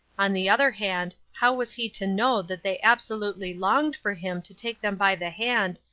on the other hand how was he to know that they absolutely longed for him to take them by the hand,